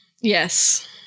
Yes